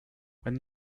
when